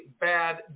bad